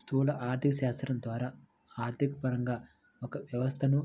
స్థూల ఆర్థికశాస్త్రం ద్వారా ఆర్థికపరంగా ఒక వ్యవస్థను